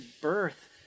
birth